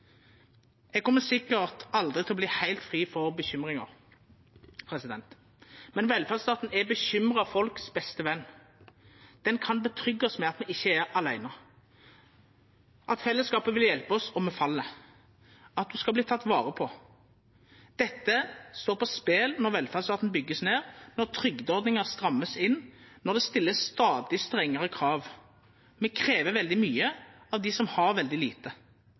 Eg kjem sikkert aldri til å verta heilt fri for bekymringar, men velferdsstaten er bekymra folk sin beste venn. Han kan tryggja oss med at me ikkje er åleine, at fellesskapet vil hjelpa oss om me fell, at ein skal verta teken vare på. Dette står på spel når velferdsstaten vert bygd ned, når trygdeordningar vert stramma inn, når det vert stilt stadig strengare krav. Me krev veldig mykje av dei som har veldig lite.